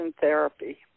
therapy